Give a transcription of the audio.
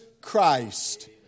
Christ